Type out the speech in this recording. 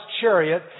chariot